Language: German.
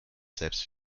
selbst